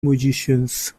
musicians